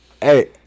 Hey